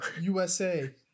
USA